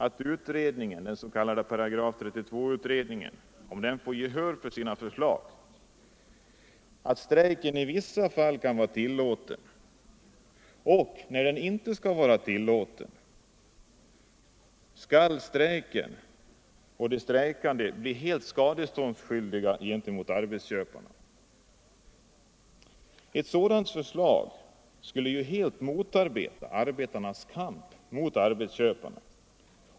Om den s.k. § 32-utredningen får gehör för sina förslag om att strejk endast i vissa fall skall vara tillåten, i andra inte, skall de strejkande kunna bli i full utsträckning skadeståndsskyldiga gentemot arbetsköparna. Ett sådant förslag skulle helt motarbeta arbetarnas kamp mot arbetsköparna.